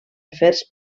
afers